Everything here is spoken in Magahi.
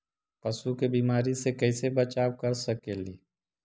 पशु के बीमारी से कैसे बचाब कर सेकेली?